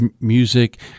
music